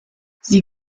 sie